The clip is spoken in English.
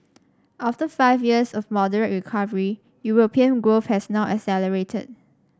after five years of moderate recovery European growth has now accelerated